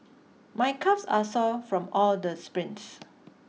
my calves are sore from all the sprints